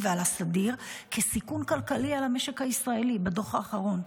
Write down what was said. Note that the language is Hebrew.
ועל הסדיר כסיכון כלכלי על המשק הישראלי בדוח האחרון,